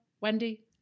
Wendy